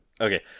Okay